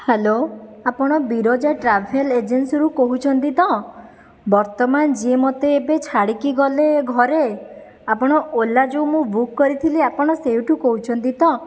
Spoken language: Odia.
ହ୍ୟାଲୋ ଆପଣ ବିରଜା ଟ୍ରାଭେଲ ଏଜେନ୍ସିରୁ କହୁଛନ୍ତି ତ ବର୍ତ୍ତମାନ ଯିଏ ମୋତେ ଏବେ ଛାଡ଼ିକି ଗଲେ ଘରେ ଆପଣ ଓଲା ଯେଉଁ ମୁଁ ବୁକ୍ କରିଥିଲି ଆପଣ ସେହିଠାରୁ କହୁଛନ୍ତି ତ